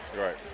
Right